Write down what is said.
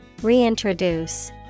Reintroduce